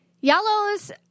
Yellows